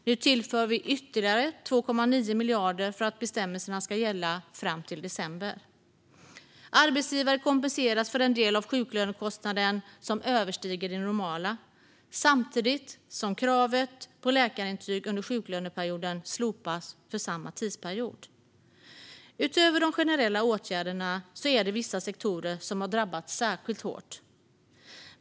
Nu tillför vi ytterligare 2,9 miljarder för att bestämmelserna ska gälla fram till december. Arbetsgivare kompenseras för den del av sjuklönekostnaden som överstiger det normala samtidigt som kravet på läkarintyg under sjuklöneperioden slopas för samma tidsperiod. Utöver de generella åtgärderna är det vissa sektorer som har drabbats särskilt hårt.